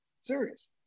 Serious